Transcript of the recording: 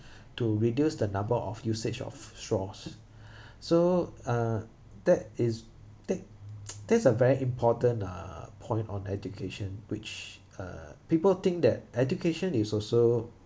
to reduce the number of usage of straws so uh that is take there is a very important uh point on education which uh people think that education is also